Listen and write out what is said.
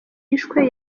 yishwe